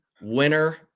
winner